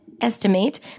estimate